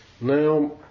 Now